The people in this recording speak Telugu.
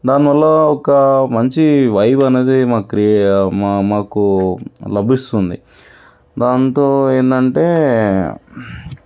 దానివల్ల ఒక మంచి వైబ్ అనేది మాకు క్రియే మా మాకు లభిస్తుంది దాంతో ఏంటంటే